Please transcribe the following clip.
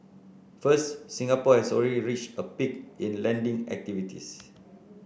first Singapore has already reached a peak in lending activities